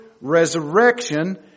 resurrection